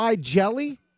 jelly